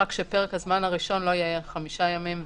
רק שפרק הזמן הראשון לא יהיה חמישה ימים,